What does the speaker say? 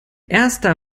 erster